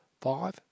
five